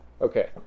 Okay